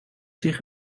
zich